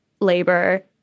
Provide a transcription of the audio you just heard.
labor